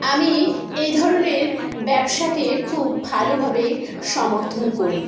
আমি এই ধরনের ব্যবসাকে খুব ভালোভাবে সমর্থন করি